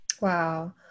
Wow